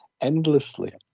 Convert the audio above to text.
Endlessly